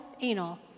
anal